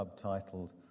subtitled